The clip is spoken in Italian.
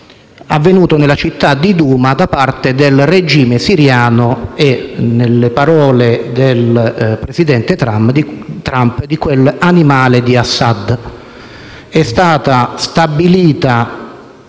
avvenuto nella città di Douma da parte del regime siriano e, secondo le parole presidente Trump, di quell’«animale di Assad». È stata stabilita